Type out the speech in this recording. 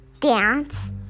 dance